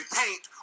paint